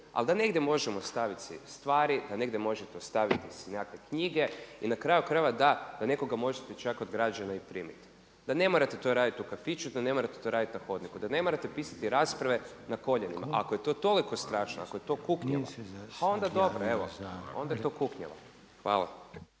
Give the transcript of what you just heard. ali da negdje možemo ostavit si stvari, da negdje možete ostaviti si nekakve knjige i na kraju krajeva da, da nekoga možete čak od građana i primiti. Da ne morate to raditi u kafiću, da ne morate to raditi na hodniku, da ne morate pisati rasprave na koljenima. Ako je to toliko strašno, ako je to kuknjava onda dobro, onda je to kuknjava. Hvala.